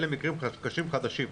אלו מקרים קשים חדשים.